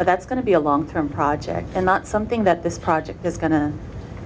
but that's going to be a long term project and not something that this project is going to